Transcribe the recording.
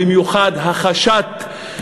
במיוחד החשת,